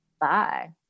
bye